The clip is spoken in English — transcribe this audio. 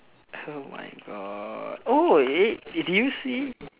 oh my God oh did you see